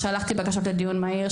שלחתי בקשות לדיון מהיר.